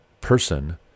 person